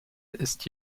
ist